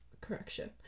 correction